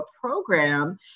program